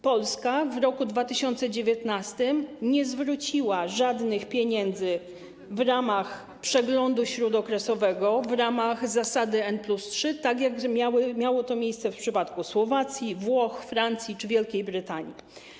Polska w roku 2019 nie zwróciła żadnych pieniędzy w ramach przeglądu śródokresowego, w ramach zasady n+3, tak jak miało to miejsce w przypadku Słowacji, Włoch, Francji czy Wielkiej Brytanii.